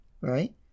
right